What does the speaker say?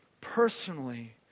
Personally